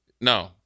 No